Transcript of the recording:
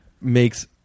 makes